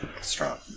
strong